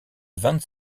vingt